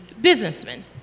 businessmen